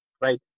right